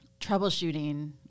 troubleshooting